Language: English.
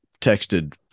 texted